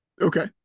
Okay